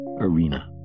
arena